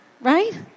right